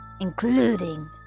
including